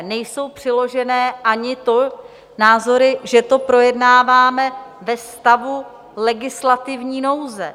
Nejsou přiložené ani názory, že to projednáváme ve stavu legislativní nouze.